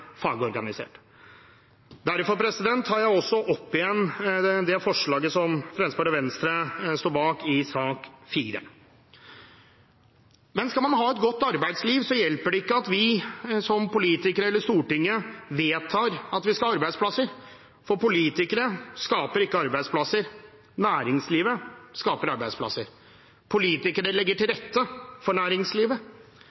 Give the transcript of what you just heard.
fagorganisert. Derfor tar jeg opp det forslaget som Fremskrittspartiet og Venstre står bak i sak nr. 4. Men skal man ha et godt arbeidsliv, hjelper det ikke at vi som politikere eller Stortinget vedtar at vi skal ha arbeidsplasser, for politikere skaper ikke arbeidsplasser; næringslivet skaper arbeidsplasser. Politikerne legger til